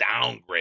downgrade